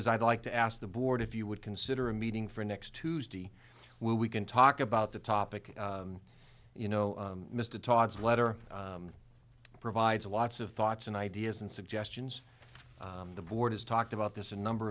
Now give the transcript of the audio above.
is i'd like to ask the board if you would consider a meeting for next tuesday where we can talk about the topic you know mr talks letter provides lots of thoughts and ideas and suggestions the board has talked about this a number